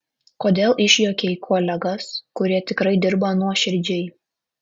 kodėl išjuokei kolegas kurie tikrai dirba nuoširdžiai